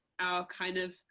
our kind of,